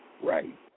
Right